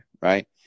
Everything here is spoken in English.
Right